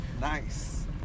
Nice